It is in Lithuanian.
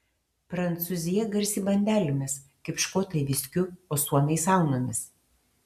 prancūzija garsi bandelėmis kaip škotai viskiu o suomiai saunomis